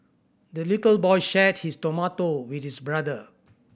the little boy shared his tomato with his brother